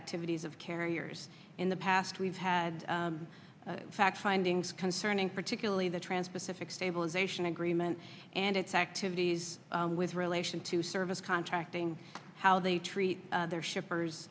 activities of carriers in the past we've had fact findings concerning particularly the transpacific stabilisation agreement and its activities with relation to service contracting how they treat their